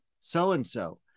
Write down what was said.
so-and-so